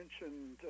mentioned